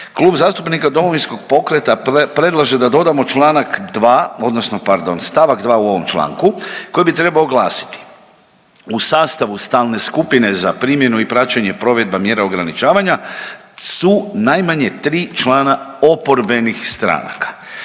Klub zastupnika Domovinskog pokreta predlaže da dodamo čl. 2. odnosno pardon st. 2. u ovom članku koji bi trebao glasiti, u sastavu stalne skupine za primjenu i praćenje provedba mjera ograničavanja su najmanje tri člana oporbenih stranaka.